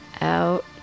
out